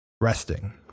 resting